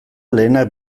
lehenak